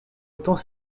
autant